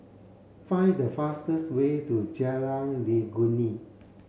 find the fastest way to Jalan Legundi